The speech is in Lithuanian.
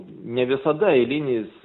ne visada eilinis